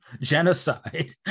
Genocide